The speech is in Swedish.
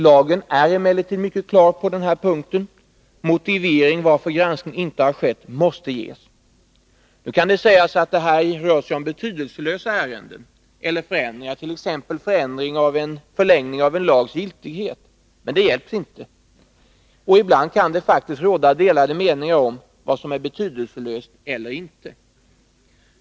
Lagen är emellertid mycket klar på den här punkten. Motivering till att granskning inte har skett måste ges. Nu kan det sägas att det här rör sig om betydelselösa ärenden eller förändringar, t.ex. förlängning av en lags giltighet, men det hjälps inte. Ibland kan det faktiskt råda delade meningar om vad som är betydelselöst eller inte.